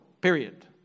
period